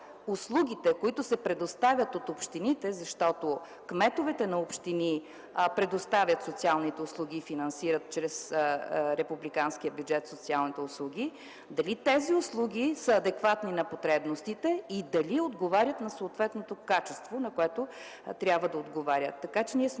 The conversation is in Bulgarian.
които се предоставят от общините, защото кметовете на общини предоставят социалните услуги и ги финансират чрез републиканския бюджет, са адекватни на потребностите и дали отговарят на съответното качество, на което трябва да отговарят.